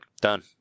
done